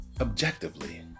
objectively